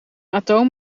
atoom